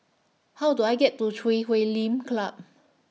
How Do I get to Chui Huay Lim Club